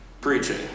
preaching